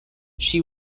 she